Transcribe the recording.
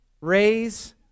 raise